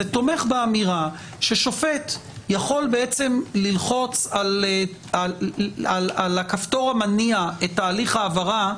זה תומך באמירה ששופט יכול ללחוץ על הכפתור המניע את תהליך ההעברה,